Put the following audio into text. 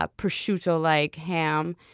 ah prosciutto-like ham.